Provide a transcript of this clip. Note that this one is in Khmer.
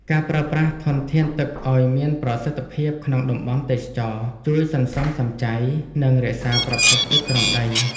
ការប្រើប្រាស់ធនធានទឹកឱ្យមានប្រសិទ្ធភាពក្នុងតំបន់ទេសចរណ៍ជួយសន្សំសំចៃ និងរក្សាប្រភពទឹកក្រោមដី។